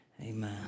Amen